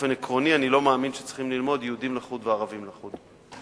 באופן עקרוני אני לא מאמין שצריכים ללמוד יהודים לחוד וערבים לחוד.